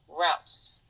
routes